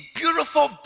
beautiful